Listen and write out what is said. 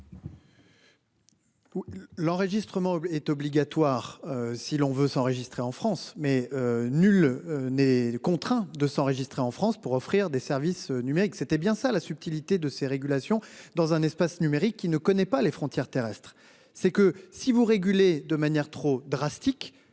L'enregistrement est obligatoire si l'on veut s'enregistrer en France mais nul n'est contraint de s'enregistrer en France pour offrir des services numériques. C'était bien ça. La subtilité de ces régulations dans un espace numérique qui ne connaît pas les frontières terrestres. C'est que si vous réguler de manière trop drastiques.